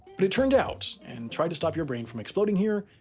but it turned out, and try to stop your brain from exploding here,